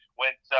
went